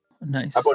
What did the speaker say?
Nice